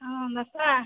ହଁ ବାପା